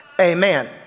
Amen